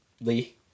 Lee